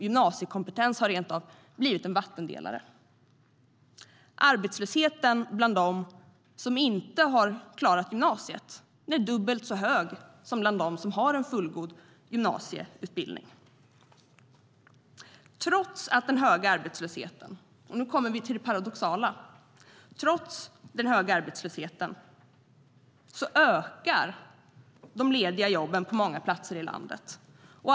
Gymnasiekompetens har rent av blivit en vattendelare. Arbetslösheten bland dem som inte klarat gymnasiet är dubbelt så hög som bland dem som har en fullgod gymnasieutbildning. Trots den höga arbetslösheten - och nu kommer vi till det paradoxala - ökar de lediga jobben på många platser i landet.